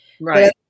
Right